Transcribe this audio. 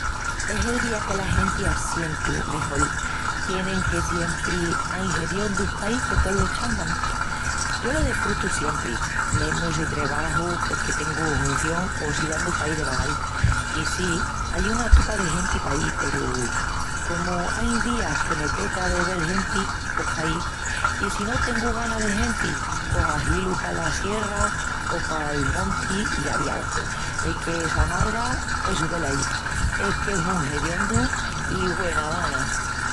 Es el día que la genti assientu mejol tien enque siempri ain hediondus paí que tolo eschangan. Yo lo desfrutu siempri, mesmu si trebaju porque tengu hunción o si andu paí de vagal. I sí, ai una tupa de genti paí, peru comu ain días que me peta de vel genti, pos paí. I si no tengu gana de genti pos ahilu pala sierra o pal monti i aviau. El que s'amarga, essu velaí, es qu'es un hediondu i güena gana!